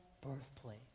birthplace